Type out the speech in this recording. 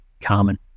common